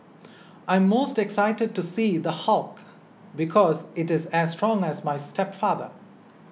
I'm most excited to see The Hulk because it is as strong as my stepfather